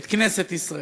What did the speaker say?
את כנסת ישראל,